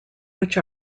which